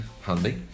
Handy